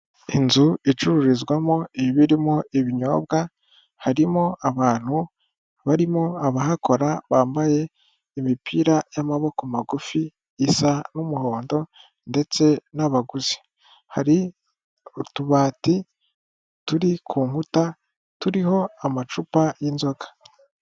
Inzu icururizwamo ibirimo ibinyobwa, harimo abantu barimo abahakora bambaye imipira y'amaboko magufi isa n'umuhondo ndetse n'abaguzi, hari utubati turi ku nkuta turiho amacupa y'inzoga.